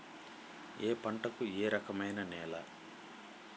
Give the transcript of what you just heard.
ఏ పంటకు ఏ రకమైన నేల?